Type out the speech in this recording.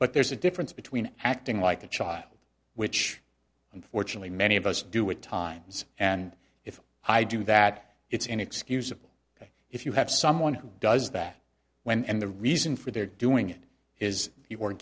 but there's a difference between acting like a child which unfortunately many of us do it times and if i do that it's inexcusable if you have someone who does that when and the reason for their doing it is you